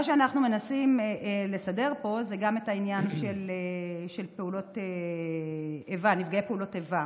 אנחנו מנסים לסדר פה גם את העניין של נפגעי פעולות איבה.